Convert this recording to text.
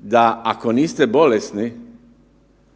da ako niste bolesni,